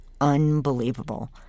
unbelievable